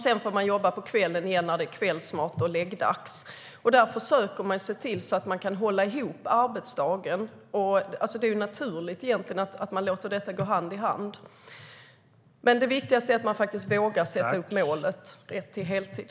Sedan får de jobba på kvällen igen, när det är kvällsmat och läggdags. Där försöker man hålla ihop arbetsdagen. Det är egentligen helt naturligt att man låter målet om heltid gå hand i hand med sammanhållna turer. Det viktigaste är dock att man faktiskt vågar sätta upp målet om rätt till heltid.